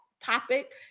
topic